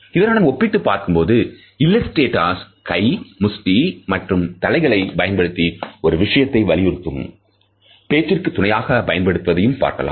இதனுடன் ஒப்பிட்டுப் பார்க்கும்போது இல்லஸ்டேட்டஸ் கை முஷ்டி மற்றும் தலைகளை பயன்படுத்தி ஒரு விஷயத்தை வலியுறுத்துவதும் பேச்சிற்கு துணையாக பயன்படுத்துவதையும் பார்க்கலாம்